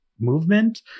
movement